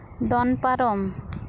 ᱫᱚᱱ ᱯᱟᱨᱚᱢ